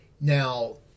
Now